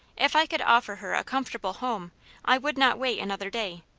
if i could offer her a comfortable home i would not wait another day.